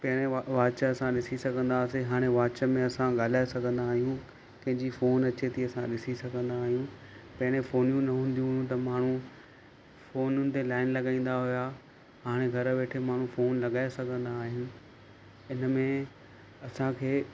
पहिरियों वॉच असां ॾिसी सघंदासीं हाणे वॉच में असां ॻाल्हाए सघंदा आहियूं कंहिंजी फोन अचे थी असां ॾिसी सघंदा आहियूं पहिरें फ़ोनियूं न हूंदियूं त माण्हू फ़ोनुनि ते लाइन लॻाईंदा हुआ हाणे घरु वेठे माण्हू फोन लॻाए सघंदा आहियूं हिन में असांखे